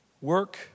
work